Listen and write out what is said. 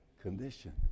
condition